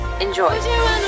Enjoy